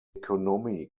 economy